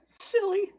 Silly